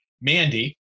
Mandy